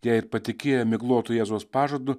jei ir patikėję miglotu jėzaus pažadu